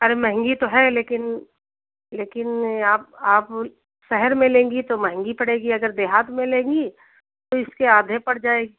अरे महंगी तो है लेकिन लेकिन यह आप आप सहहर में लेंगी तो महंगी पड़ेगी अगर देहात में लेंगी तो इसके आधे पड़ जाएगी